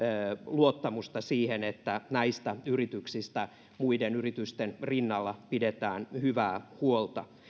luottamusta siihen että näistä yrityksistä muiden yritysten rinnalla pidetään hyvää huolta